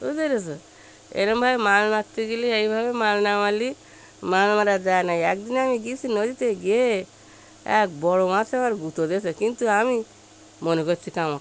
বুঝতে পেরেছ এ রকম ভাবে মাছ মারতে গেলে এই ভাবে মাছ না মারলে মাছ মারা যয় না একদিনে আমি গিয়েছি নদীতে গিয়ে এক বড় মাছে আমার গুঁতো দিয়েছে কিন্তু আমি মনে করছি কামড়